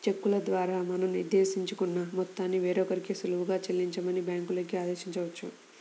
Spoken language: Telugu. చెక్కుల ద్వారా మనం నిర్దేశించుకున్న మొత్తాన్ని వేరొకరికి సులువుగా చెల్లించమని బ్యాంకులకి ఆదేశించవచ్చు